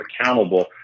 accountable